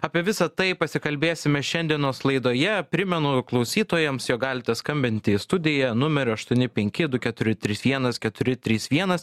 apie visa tai pasikalbėsime šiandienos laidoje primenu klausytojams jog galite skambinti į studiją numeriu aštuoni penki du keturi trys vienas keturi trys vienas